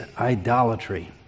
idolatry